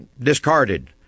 discarded